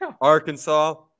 Arkansas